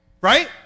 Right